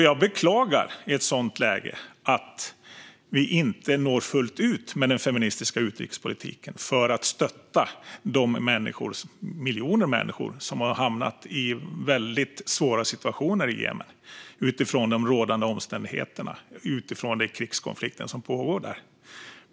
Jag beklagar att vi i ett sådant läge inte når fullt ut med den feministiska utrikespolitiken för att stötta de miljoner människor som har hamnat i väldigt svåra situationer i Jemen utifrån de rådande omständigheterna och utifrån den krigskonflikt som pågår där.